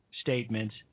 statements